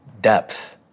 Depth